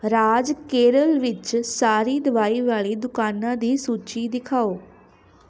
ਰਾਜ ਕੇਰਲ ਵਿੱਚ ਸਾਰੀ ਦਵਾਈ ਵਾਲੀ ਦੁਕਾਨਾਂ ਦੀ ਸੂਚੀ ਦਿਖਾਓ